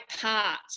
parts